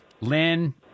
Lynn